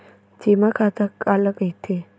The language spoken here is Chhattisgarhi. जेमा खाता काला कहिथे?